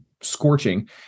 scorching